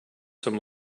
some